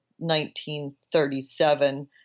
1937